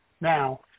now